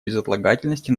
безотлагательности